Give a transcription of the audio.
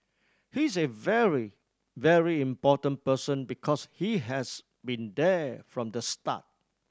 he's a very very important person because he has been there from the start